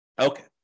Okay